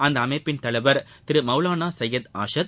அந்த அமைப்பின் தலைவர் திரு மௌலான சையது ஆஷத்